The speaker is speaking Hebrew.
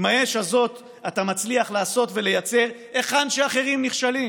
עם האש הזאת אתה מצליח לעשות ולייצר היכן שאחרים נכשלים,